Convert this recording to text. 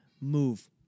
move